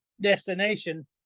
destination